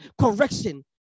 correction